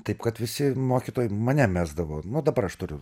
taip kad visi mokytojai mane mesdavo nu dabar aš turiu